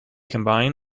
combine